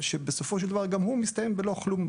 שבסופו של דבר גם הוא מסתיים בלא כלום.